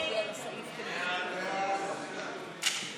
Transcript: לא